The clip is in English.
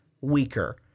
weaker